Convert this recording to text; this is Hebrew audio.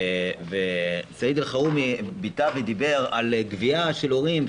סעיד אלחרומי דיבר על גבייה של הורים,